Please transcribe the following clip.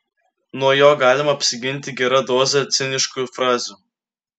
nuo jo galima apsiginti gera doze ciniškų frazių